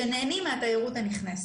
שנהנים מהתיירות הנכנסת.